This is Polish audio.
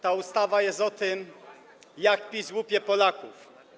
Ta ustawa jest o tym, jak PiS łupie Polaków.